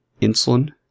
insulin